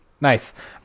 Nice